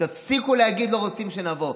תפסיקו להגיד: לא רוצים שנבוא.